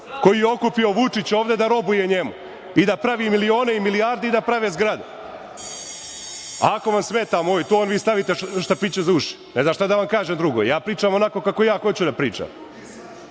koju je okupio Vučić ovde da robuje njemu i da pravi milione i milijarde i da prave zgrade. Ako vam smeta moj ton, vi stavite štapiće za uši. Ne znam šta da vam kažem drugo. Ja pričam onako kako ja hoću da pričam. Dakle,